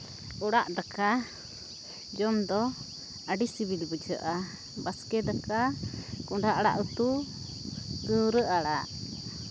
ᱚᱲᱟᱜ ᱫᱟᱠᱟ ᱡᱚᱢ ᱫᱚ ᱟᱹᱰᱤ ᱥᱤᱵᱤᱞ ᱵᱩᱡᱷᱟᱹᱜᱼᱟ ᱵᱟᱥᱠᱮ ᱫᱟᱠᱟ ᱠᱚᱱᱰᱷᱟ ᱟᱲᱟᱜ ᱩᱛ ᱠᱟᱹᱨᱣᱟᱹ ᱟᱲᱟᱜ